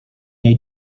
jej